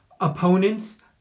opponents